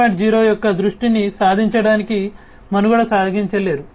0 యొక్క దృష్టిని సాధించడానికి మనుగడ సాగించలేరు